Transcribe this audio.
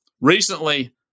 recently